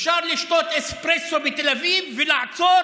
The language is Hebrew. אפשר לשתות אספרסו בתל אביב ולעצור